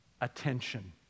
attention